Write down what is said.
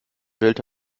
wählte